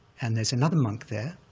and there's another monk there,